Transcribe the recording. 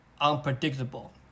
unpredictable